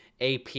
ap